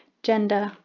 gender,